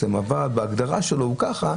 אבל בהגדרה הוא קניון,